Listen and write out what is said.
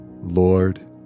Lord